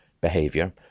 behavior